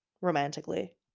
romantically